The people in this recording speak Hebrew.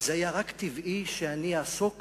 זה היה רק טבעי שאני אעסוק